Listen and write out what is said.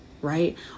right